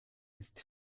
ist